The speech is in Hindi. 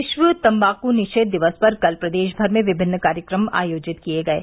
विश्व तम्बाकू निषेध दिवस पर कल प्रदेश भर में विभिन्न कार्यक्रम आयोजित किये गये